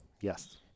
yes